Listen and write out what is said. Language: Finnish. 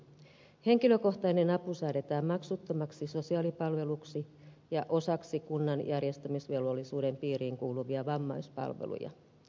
henkilökohtainen apu säädetään maksuttomaksi sosiaalipalveluksi ja osaksi kunnan järjestämisvelvollisuuden piiriin kuuluvia vammaispalveluja